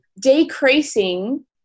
decreasing